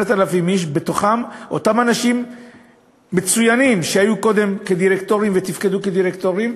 בתוכם אותם אנשים מצוינים שהיו קודם דירקטורים ותפקדו קודם כדירקטורים,